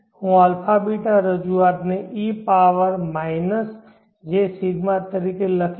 હું α β રજૂઆતને e power jρ તરીકે લખીશ